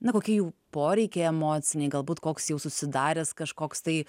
na kokie jų poreikiai emociniai galbūt koks jau susidaręs kažkoks tai